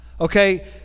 okay